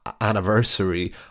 Anniversary